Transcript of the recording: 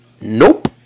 Nope